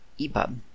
epub